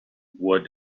what